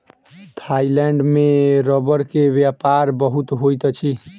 Thailand में रबड़ के व्यापार बहुत होइत अछि